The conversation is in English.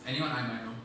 anyone I might know